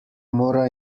mora